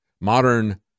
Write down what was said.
Modern